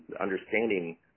understanding